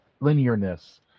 linearness